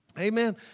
Amen